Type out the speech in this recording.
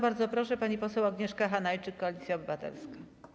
Bardzo proszę, pani poseł Agnieszka Hanajczyk, Koalicja Obywatelska.